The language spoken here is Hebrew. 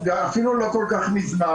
ואפילו לא כל כך מזמן,